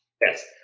Yes